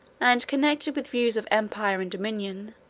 and, connected with views of empire and dominion,